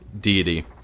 deity